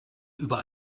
über